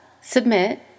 submit